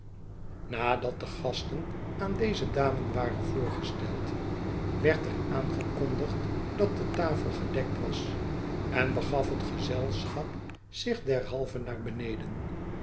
nadat de gasten aan deze dame waren voorgesteld werd er aangekondigd dat de tafel gedekt was en begaf het gezelschap zieh derhalve naar beneden